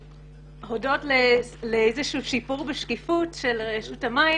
אודות לאיזשהו שיפור בשקיפות של רשות המים,